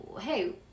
hey